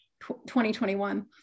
2021